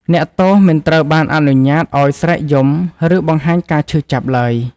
អ្នកទោសមិនត្រូវបានអនុញ្ញាតឱ្យស្រែកយំ ឬបង្ហាញការឈឺចាប់ឡើយ។